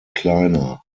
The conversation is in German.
kleiner